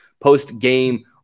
post-game